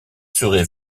serait